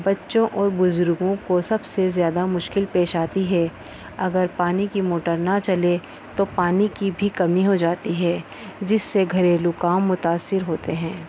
بچوں اور بزرگوں کو سب سے زیادہ مشکل پیش آتی ہے اگر پانی کی موٹر نہ چلے تو پانی کی بھی کمی ہو جاتی ہے جس سے گھریلو کام متاثر ہوتے ہیں